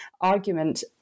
argument